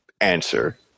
answer